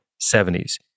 70s